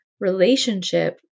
relationship